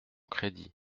crédit